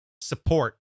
support